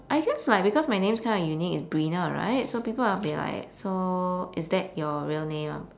I guess like because my name is kind of unique it's brina right so people will be like so is that your real name